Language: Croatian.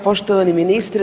Poštovani ministre.